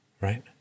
Right